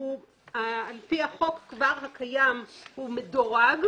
על פי החוק הקיים הוא מדורג,